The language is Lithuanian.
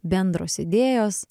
bendros idėjos